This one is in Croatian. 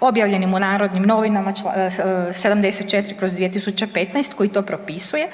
objavljenim u Narodnim novinama 74/2015 koji to propisuje,